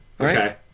Okay